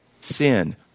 sin